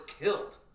killed